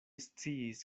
sciis